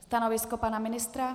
Stanovisko pana ministra?